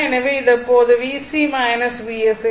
எனவே இது இப்போது VC VL